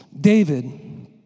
David